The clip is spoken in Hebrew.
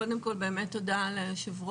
קודם כל באמת תודה ליושב-ראש,